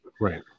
right